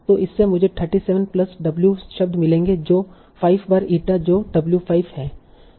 तो इससे मुझे 37 प्लस w शब्द मिलेंगे जो 5 बार ईटा जो 05 हैं